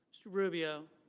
rubio.